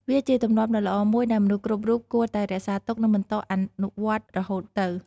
វាជាទម្លាប់ដ៏ល្អមួយដែលមនុស្សគ្រប់រូបគួរតែរក្សាទុកនិងបន្តអនុវត្តរហូតទៅ។